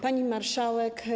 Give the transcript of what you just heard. Pani Marszałek!